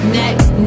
next